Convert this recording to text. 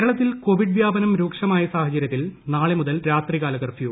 കേരളത്തിൽ കോവിഡ് വ്യാപനം രൂക്ഷമായ ന് സാഹചര്യത്തിൽ നാളെ മുതൽ രാത്രികാല കർഫ്യൂ